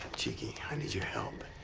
cheeky. i need your help.